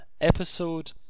episode